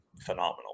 phenomenal